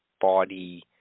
body